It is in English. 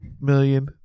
million